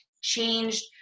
changed